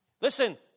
Listen